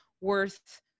worth